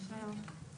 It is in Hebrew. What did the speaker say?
שלום,